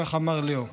כך אמר ליאו.